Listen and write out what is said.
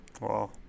Wow